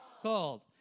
Called